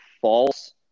false